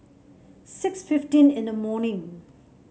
six fifteen in the morning